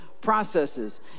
processes